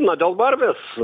na dėl barbės